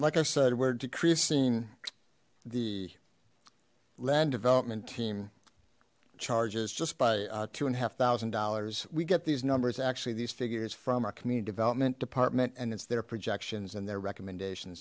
like i said we're decreasing the land development team charges just by two and a half thousand dollars we get these numbers actually these figures from our community development department and it's their projections and their recommendation